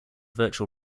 virtual